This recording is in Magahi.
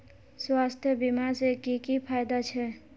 स्वास्थ्य बीमा से की की फायदा छे?